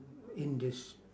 indes~